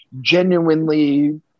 genuinely –